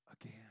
again